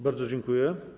Bardzo dziękuję.